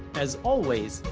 as always,